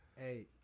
Hey